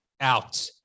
out